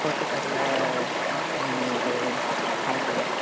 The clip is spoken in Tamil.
பொட்டுக்கடலை ம் ஒரு அரை கிலோ